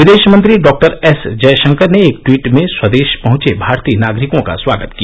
विदेश मंत्री doctor S Jaishankar ने एक टवीट में स्वदेश पहंचे भारतीय नागरिकों का स्वागत किया